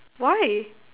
why